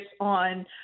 on